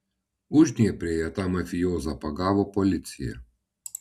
uždnieprėje tą mafijozą pagavo policija